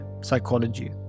Psychology